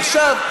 עכשיו,